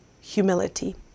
humility